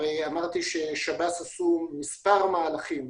אמרתי ששב"ס עשו מספר מהלכים,